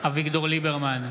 אביגדור ליברמן,